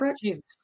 jesus